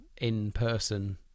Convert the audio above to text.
in-person